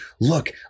look